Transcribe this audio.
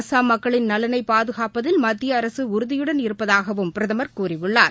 அஸ்ஸாம் மக்களின் நலனைபாதுனப்பதில் மத்தியஅரசுஉறதியுடன் இருப்பதாகவும் பிரதமா கூறியுள்ளார்